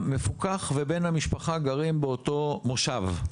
המפוקח ובן המשפחה גרים באותו מושב,